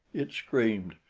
it screamed.